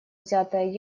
взятое